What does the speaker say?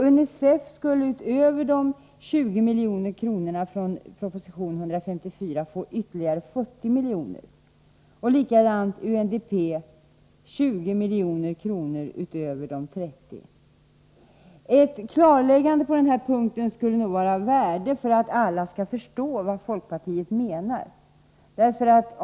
UNICEF skulle utöver de 20 miljonerna enligt proposition 154 få ytterligare 40 milj.kr. Likaså skulle UNDP få 20 milj.kr. utöver de i propositionen föreslagna 30 miljonerna. Ett klarläggande på den här punkten skulle nog vara av värde för att alla skall förstå vad folkpartiet menar.